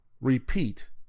repeat